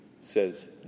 says